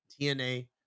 TNA